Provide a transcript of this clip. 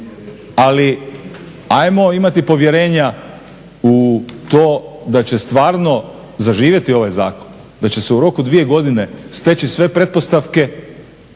ali hajmo imati povjerenja u to da će stvarno zaživjeti ovaj zakon, da će se u roku od dvije godine steći sve pretpostavke